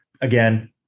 Again